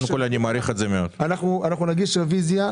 נגיש ריביזיה,